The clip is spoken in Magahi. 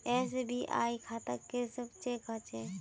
एस.बी.आई खाता कुंसम चेक होचे?